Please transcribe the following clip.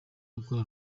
gukora